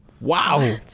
Wow